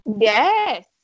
Yes